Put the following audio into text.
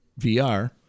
VR